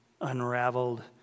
unraveled